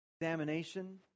examination